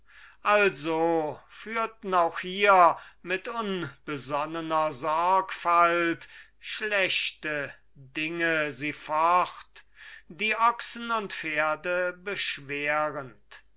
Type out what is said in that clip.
also führten auch hier mit unbesonnener sorgfalt schlechte dinge sie fort die ochsen und pferde beschwerend